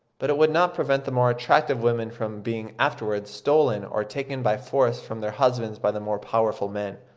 but it would not prevent the more attractive women from being afterwards stolen or taken by force from their husbands by the more powerful men